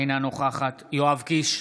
אינה נוכחת יואב קיש,